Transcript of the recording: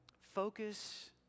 focus